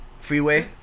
Freeway